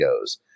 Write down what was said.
goes